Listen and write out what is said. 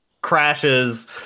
crashes